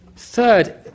Third